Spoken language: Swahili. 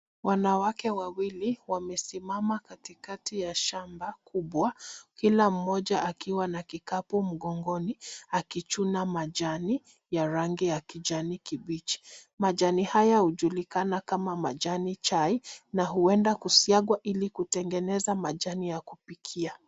Wanawake wawili wamesimama katikati ya shamba kubwa kila mmoja akiwa na kikapu mgongoni akichuna majani ya rangi ya kijani kibichi. Majani haya hujulikana kama majani chai na huenda kusiagwa ili kutengeneza majani ya kupikia.